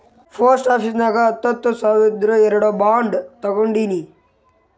post office ನಾಗ್ ಹತ್ತ ಹತ್ತ ಸಾವಿರ್ದು ಎರಡು ಬಾಂಡ್ ತೊಗೊಂಡೀನಿ